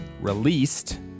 released